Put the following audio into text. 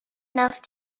enough